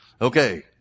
Okay